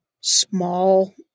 small